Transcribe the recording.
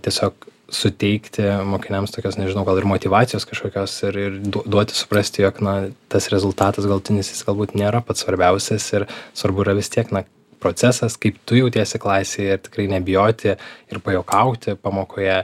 tiesiog suteikti mokiniams tokios nežinau gal ir motyvacijos kažkokios ir ir duo duoti suprasti jog na tas rezultatas galutinis jis galbūt nėra pats svarbiausias ir svarbu yra vis tiek na procesas kaip tu jautiesi klasėje ir tikrai nebijoti ir pajuokauti pamokoje